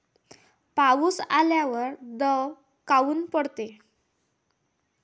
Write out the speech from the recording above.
पाऊस आल्यावर दव काऊन पडते?